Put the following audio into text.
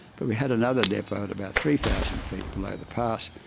but we had another depot at about three thousand feet below the pass,